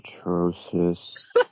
atrocious